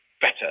better